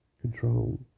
control